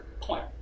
point